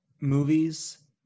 movies